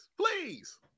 please